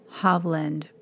Hovland